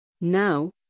now